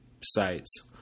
sites